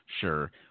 Sure